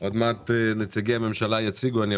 עוד מעט נציגי הממשלה יציגו את התקנות.